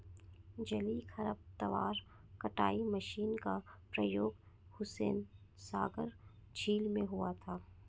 जलीय खरपतवार कटाई मशीन का प्रयोग हुसैनसागर झील में हुआ था